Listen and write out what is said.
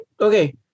okay